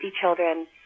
children